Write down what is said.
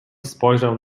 spojrzał